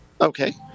Okay